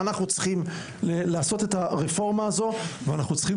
אנחנו צריכים לעשות את הרפורמה הזו ואנחנו צריכים